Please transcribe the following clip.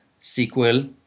SQL